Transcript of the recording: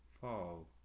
fall